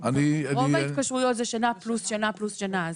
אני רוצה --- רוב ההתקשרויות זה שנה פלוס שנה פלוס שנה.